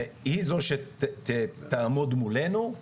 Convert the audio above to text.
והיא זו שתעמוד מולנו.